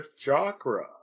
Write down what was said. chakra